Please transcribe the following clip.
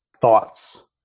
Thoughts